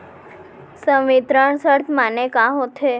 संवितरण शर्त माने का होथे?